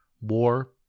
war